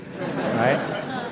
right